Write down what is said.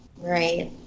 Right